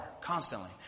constantly